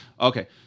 Okay